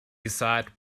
decide